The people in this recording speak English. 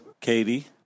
Katie